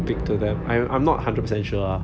big to them I I'm not hundred per cent sure ah